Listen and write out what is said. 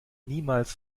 niemals